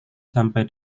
sampai